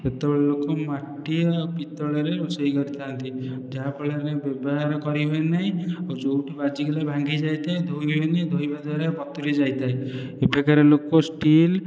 ସେତେବେଳେ ଲୋକ ମାଟି ଆଉ ପିତ୍ତଳରେ ରୋଷେଇ କରିଥାନ୍ତି ଯାହାଫଳରେ ବ୍ୟବହାର କରି ହୁଏ ନାହିଁ ଆଉ ଯେଉଁଠି ବାଜିଗଲେ ଭାଙ୍ଗି ଯାଇଥାଏ ଧୋଇବେନି ଧୋଇବା ଦ୍ଵାରା ବତୁରୀ ଯାଇଥାଏ ଏବେକାର ଲୋକ ଷ୍ଟିଲ୍